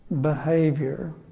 behavior